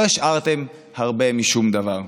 לא השארתם הרבה משום דבר.